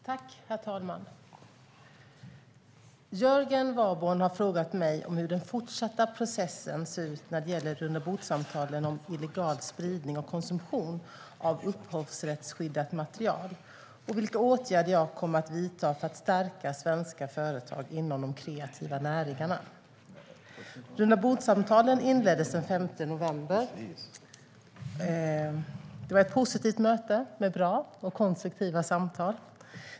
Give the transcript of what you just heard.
Herr talman! Jörgen Warborn har frågat mig om hur den fortsatta processen ser ut när det gäller rundabordssamtalen om illegal spridning och konsumtion av upphovsrättsskyddat material och vilka åtgärder jag kommer att vidta för att stärka svenska företag inom de kreativa näringarna. Rundabordssamtalen inleddes den 5 november. Det var ett positivt möte med bra och konstruktiva samtal.